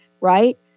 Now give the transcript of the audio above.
right